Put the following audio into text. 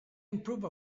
improve